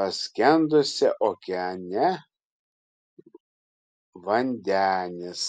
paskendusią okeane vandenis